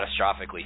catastrophically